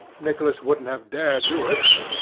nicholas wouldn't have dared do it,